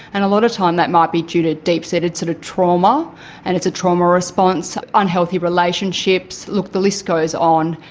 and a lot of the time that might be due to deep-seated sort of trauma and it's a trauma response, unhealthy relationships, look, the list goes on.